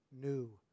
new